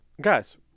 Guys